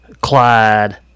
Clyde